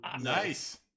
Nice